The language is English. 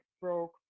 broke